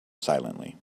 silently